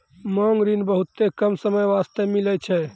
मांग ऋण बहुते कम समय बास्ते मिलै छै